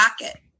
pocket